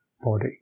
body